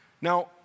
Now